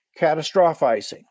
catastrophizing